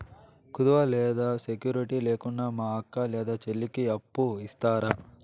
కుదువ లేదా సెక్యూరిటి లేకుండా మా అక్క లేదా చెల్లికి అప్పు ఇస్తారా?